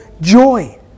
joy